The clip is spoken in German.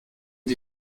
die